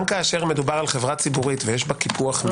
גם כשמדובר על חברה ציבורית ויש בה קיפוח מיעוט,